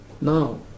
now